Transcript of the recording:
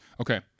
Okay